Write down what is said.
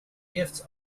gifts